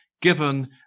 given